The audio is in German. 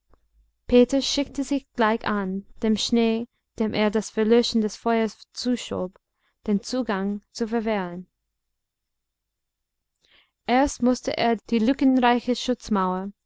peter schickte sich gleich an dem schnee dem er das verlöschen des feuers zuschob den zugang zu verwehren erst mußte er die lückenreiche